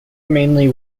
mainly